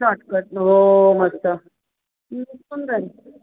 shortcut हो हो मस्त